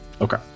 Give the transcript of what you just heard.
okay